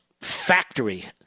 factory